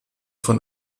von